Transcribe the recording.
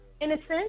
innocent